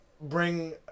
bring